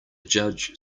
judge